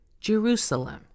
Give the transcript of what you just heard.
Jerusalem